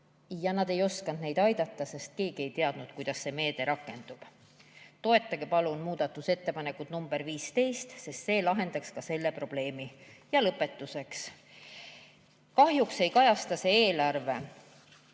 Nad ei oska neid aidata, sest keegi ei tea, kuidas see meede rakendub. Toetage palun muudatusettepanekut nr 15, sest see lahendaks ka selle probleemi. Lõpetuseks. Kahjuks ei kajasta see eelarve